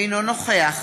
אינו נוכח